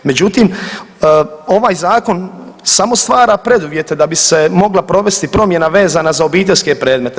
Međutim ovaj zakon samo stvara preduvjete da bi se mogla provesti promjena vezana za obiteljske predmete.